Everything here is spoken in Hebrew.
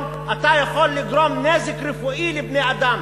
אתה יכול לגרום נזק רפואי לבני-אדם.